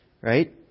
Right